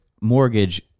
mortgage